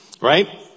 Right